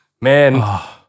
Man